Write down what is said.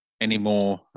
anymore